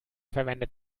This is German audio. verwendet